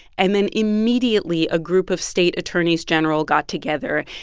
and then immediately, a group of state attorneys general got together,